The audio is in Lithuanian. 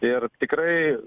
ir tikrai